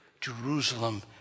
Jerusalem